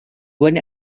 when